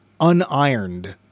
unironed